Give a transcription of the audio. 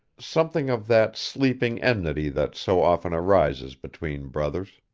something of that sleeping enmity that so often arises between brothers.